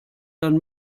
dann